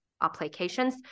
applications